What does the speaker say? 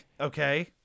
Okay